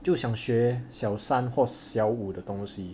就想学小三或小五的东西